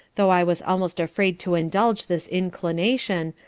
though i was almost afraid to indulge this inclination,